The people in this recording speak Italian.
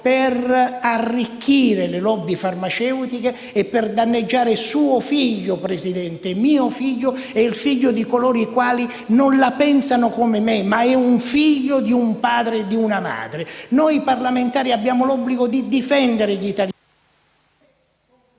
per arricchire le *lobby* farmaceutiche e per danneggiare suo figlio, Presidente, mio figlio e il figlio di coloro i quali non la pensano come me ma chi è il figlio di un padre e di una madre. Noi parlamentari abbiamo l'obbligo di difendere gli italiani…